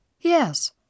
Yes